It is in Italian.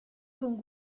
con